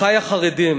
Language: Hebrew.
אחי החרדים,